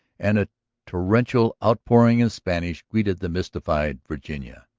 and a torrential outpouring in spanish greeted the mystified virginia.